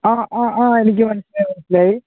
ആ ആ ആ എനിക്ക് മനസ്സിലായി മനസ്സിലായി